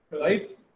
right